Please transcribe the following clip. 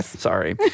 Sorry